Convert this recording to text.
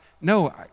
no